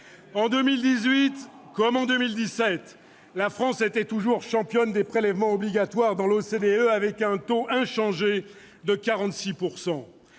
En 2018, comme en 2017, la France était toujours championne des prélèvements obligatoires dans l'OCDE avec un taux inchangé de 46 %.